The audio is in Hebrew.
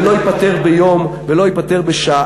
ולא ייפתר ביום ולא ייפתר בשעה.